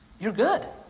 you're good.